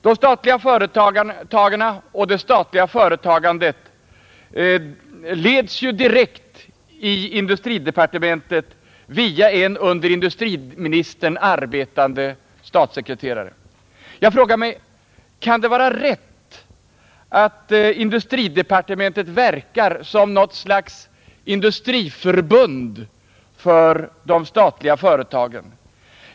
De statliga företagarna och det statliga företagandet leds ju direkt i industridepartementet via en under industriministern arbetande statssekreterare. Jag frågar mig: Kan det vara rätt att industridepartementet verkar som något slags industriförbund för de statliga företagen?